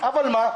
אבל מה,